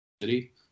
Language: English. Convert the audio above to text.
City